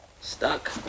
stuck